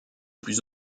plus